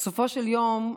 בסופו של יום,